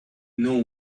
know